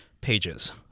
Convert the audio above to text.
pages